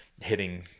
Hitting